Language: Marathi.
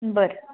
बरं